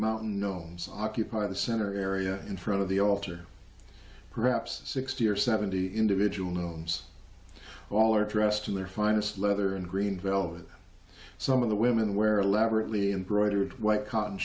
mountain no occupy the center area in front of the altar perhaps sixty or seventy individual gnomes all are dressed in their finest leather and green velvet some of the women wear elaborately embroider a white cotton